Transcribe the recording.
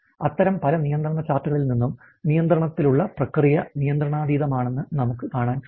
അത്തരം പല നിയന്ത്രണ ചാർട്ടുകളിൽ നിന്നും നിയന്ത്രണത്തിലുള്ള പ്രക്രിയ നിയന്ത്രണാതീതമാണെന്ന് നമുക്ക് കാണാൻ കഴിയും